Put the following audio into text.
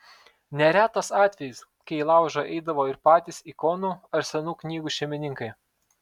neretas atvejis kai į laužą eidavo ir patys ikonų ar senų knygų šeimininkai